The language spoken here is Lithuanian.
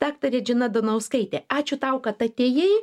daktarė džina donauskaitė ačiū tau kad atėjai